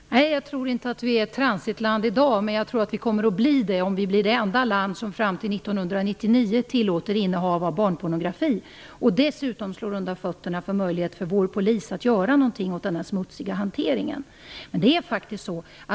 Fru talman! Nej, jag tror inte att Sverige är ett transitland i dag. Men jag tror att Sverige kommer att bli det, om vi blir det enda land som fram till 1999 tillåter innehav av barnpornografi, samtidigt som vi slår undan fötterna för polisen när det gäller att göra någonting åt denna smutsiga hantering.